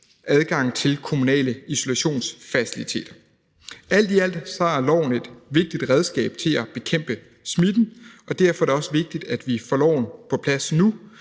adgang til kommunale isolationsfaciliteter. Alt i alt er lovforslaget et vigtigt redskab til at bekæmpe smitten, og derfor er det også vigtigt, at vi får loven på plads nu.